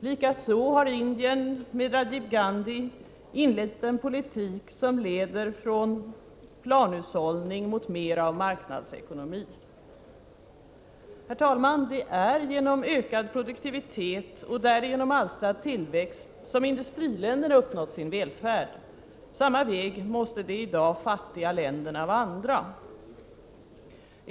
Likaså har Indien under Rajiv Gandhi inlett en politik som leder från planhushållning mot mer av marknadsekonomi. Herr talman! Det är genom ökad produktivitet och därigenom alstrad tillväxt som industriländerna uppnått sin välfärd. Samma väg måste de i dag fattiga länderna vandra.